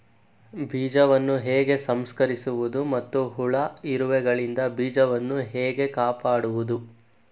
ಬೀಜವನ್ನು ಹೇಗೆ ಸಂಸ್ಕರಿಸುವುದು ಮತ್ತು ಹುಳ, ಇರುವೆಗಳಿಂದ ಬೀಜವನ್ನು ಹೇಗೆ ಕಾಪಾಡುವುದು?